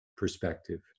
Perspective